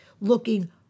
looking